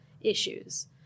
issues